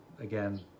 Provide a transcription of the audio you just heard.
Again